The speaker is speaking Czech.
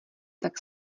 tak